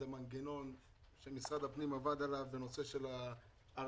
הוא המנגנון שמשרד הפנים עבד עליו בנושא הארנונה.